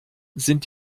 sind